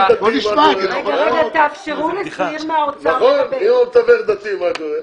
תאפשרו לשניר מהאוצר לדבר.